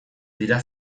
dira